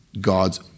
God's